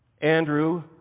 Andrew